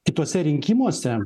kituose rinkimuose